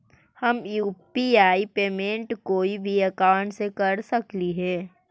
हम UPI payment कोई भी अकाउंट से कर सकली हे?